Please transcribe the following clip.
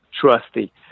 trusty